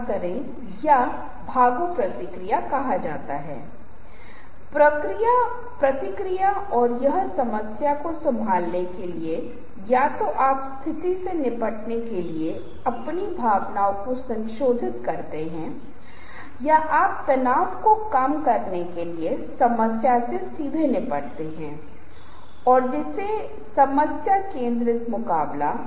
tables और रेखांकन चित्र संबंधित चित्र और ग्रंथ चित्र और प्रतीकवाद और छवियों के साथ संवाद करना ऐसी चीजें हैं जिनसे हम स्लाइड में विस्तृत रूप से निपटेंगे जहां हमने चर्चा की प्रस्तुति में जहां हमने मल्टीमीडिया पर चर्चा की और प्रस्तुति में जहां हम बात करते हैं विशेष रूप से दृश्य संस्कृति और संचार के बारे में